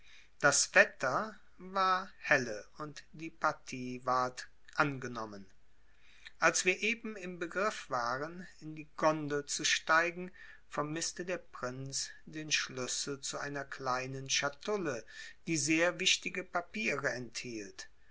das wetter war helle und die partie ward angenommen als wir eben im begriff waren in die gondel zu steigen vermißte der prinz den schlüssel zu einer kleinen schatulle die sehr wichtige papiere enthielt